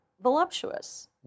voluptuous